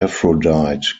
aphrodite